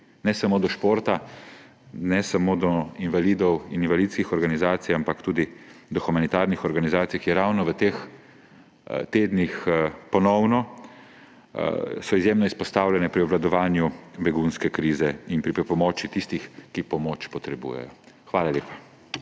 ne samo do športa, ne samo do invalidov in invalidskih organizacij, ampak tudi do humanitarnih organizacij, ki so ravno v teh tednih ponovno izjemno izpostavljene pri obvladovanju begunske krize in pri pomoči tistim, ki pomoč potrebujejo. Hvala lepa.